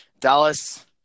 Dallas